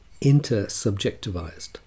intersubjectivized